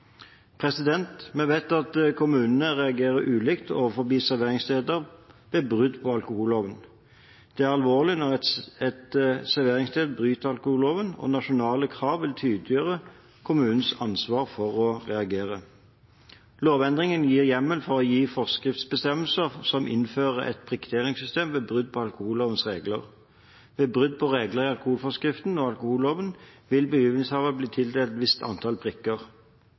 Vi vet at kommunene reagerer ulikt overfor serveringssteder ved brudd på alkoholloven. Det er alvorlig når et serveringssted bryter alkoholloven, og nasjonale krav vil tydeliggjøre kommunenes ansvar for å reagere. Lovendringen gir hjemmel for å gi forskriftsbestemmelser som innfører et prikktildelingssystem ved brudd på alkohollovens regler. Ved brudd på regler i alkoholforskriften og alkoholloven vil bevillingshaver bli tildelt et visst antall